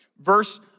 verse